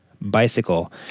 bicycle